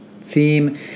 theme